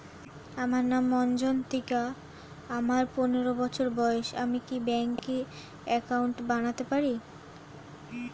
আমার নাম মজ্ঝন্তিকা, আমার পনেরো বছর বয়স, আমি কি ব্যঙ্কে একাউন্ট বানাতে পারি?